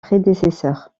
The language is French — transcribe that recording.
prédécesseurs